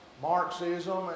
Marxism